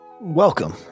Welcome